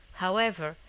however,